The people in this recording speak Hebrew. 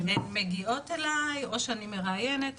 מגיעות אליי או שאני מראיינת,